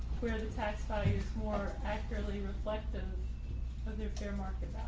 where the tax value is more accurately reflective of their fair market